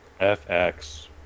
FX